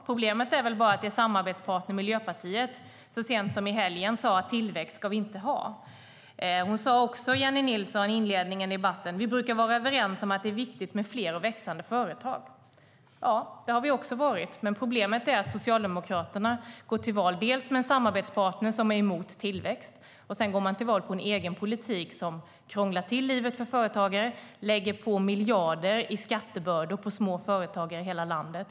Problemet är bara att Socialdemokraternas samarbetspartner Miljöpartiet så sent som i helgen sade: Tillväxt ska vi inte ha. Jennie Nilsson sade också i inledningen av debatten att vi brukar vara överens om att det är viktigt med fler och växande företag. Ja, det har vi också varit. Men problemet är att Socialdemokraterna går till val med en samarbetspartner som är emot tillväxt. Och sedan går man till val på en egen politik som krånglar till livet för företagare och lägger på miljarder i skattebördor på småföretagare i hela landet.